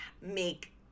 make